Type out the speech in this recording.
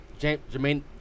Jermaine